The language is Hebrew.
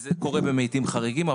זה קורה בעיתים חריגים,